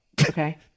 okay